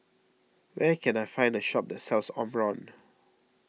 where can I find a shop that sells Omron